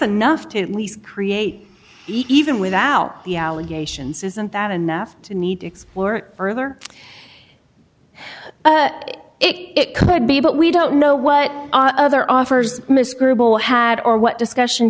enough to at least create even without the allegations isn't that enough to need to explore further but it could be but we don't know what other offers miss grubel had or what discussion